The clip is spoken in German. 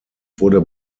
wurde